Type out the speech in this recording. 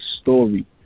story